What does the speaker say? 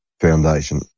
Foundation